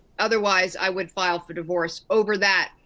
otherwise i would file for divorce over that.